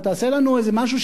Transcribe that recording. תעשה לנו איזה משהו,